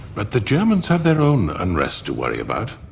but the germans have their own unrest to worry about.